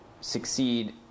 succeed